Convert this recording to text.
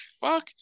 fuck